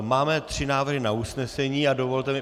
Máme tři návrhy na usnesení a dovolte mi...